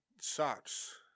socks